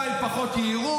2. פחות יהירות,